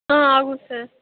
ஆ ஆகும் சார்